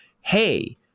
Hey